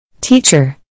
Teacher